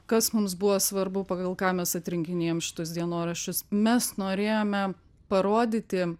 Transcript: kas mums buvo svarbu pagal ką mes atrinkinėjom šitus dienoraščius mes norėjome parodyti